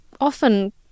often